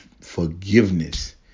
forgiveness